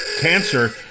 Cancer